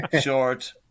short